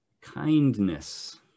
kindness